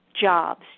jobs